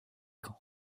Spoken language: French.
camp